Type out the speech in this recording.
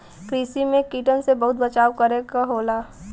कृषि में कीटन से बहुते बचाव करे क होला